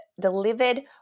delivered